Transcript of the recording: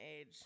age